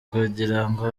kugirango